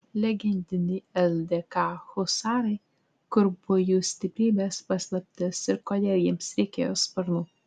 legendiniai ldk husarai kur buvo jų stiprybės paslaptis ir kodėl jiems reikėjo sparnų